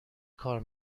کار